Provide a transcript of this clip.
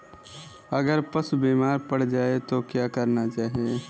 अगर पशु बीमार पड़ जाय तो क्या करना चाहिए?